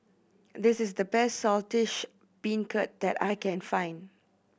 this is the best Saltish Beancurd that I can find